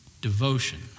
devotion